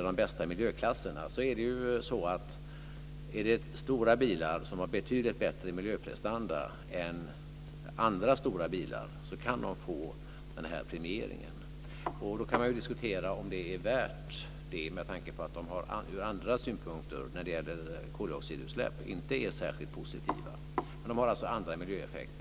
de bästa miljöklasserna vill jag säga att stora bilar som har betydligt bättre miljöprestanda än andra stora bilar kan få den här premieringen. Man kan diskutera om det är värt det med tanke på att de ur andra synpunkter, t.ex. när det gäller koldioxidutsläpp, inte är särskilt positiva. De har alltså andra miljöeffekter.